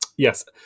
Yes